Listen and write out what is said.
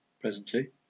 Presently